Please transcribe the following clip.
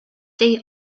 day